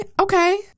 okay